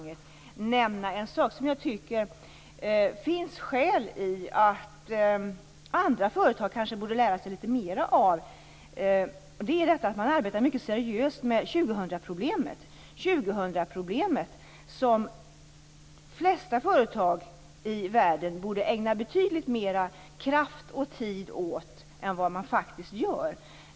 I det sammanhanget kan jag nämna något som det finns skäl för andra företag att lära sig mer av: Posten arbetar mycket seriöst med 2000-problemet. De flesta företag borde ägna betydligt mer kraft och tid åt detta problem än vad man faktiskt gör.